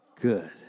good